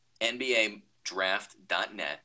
NBADraft.net